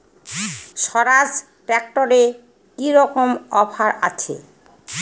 স্বরাজ ট্র্যাক্টরে কি রকম অফার আছে?